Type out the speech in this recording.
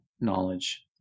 knowledge